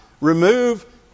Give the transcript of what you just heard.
remove